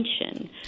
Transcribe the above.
attention